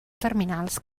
terminals